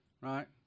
right